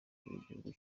igihugu